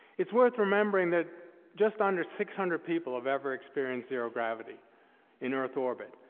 it's worth remembering that just under six hundred people have ever experienced zero gravity in earth orbit.